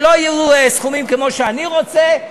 שלא יהיו סכומים כמו שאני רוצה,